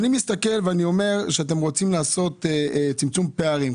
אני מסתכל ואני רואה שאתם רוצים לעשות צמצום פערים.